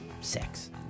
Sex